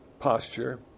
posture